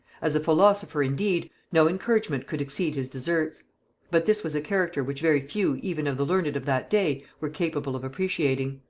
as a philosopher indeed, no encouragement could exceed his deserts but this was a character which very few even of the learned of that day were capable of appretiating.